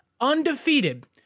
undefeated